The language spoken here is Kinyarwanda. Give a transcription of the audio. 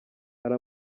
hari